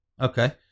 Okay